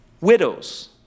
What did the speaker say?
Widows